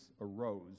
arose